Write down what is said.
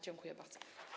Dziękuję bardzo.